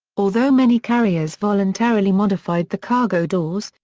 although many carriers voluntarily modified the cargo doors,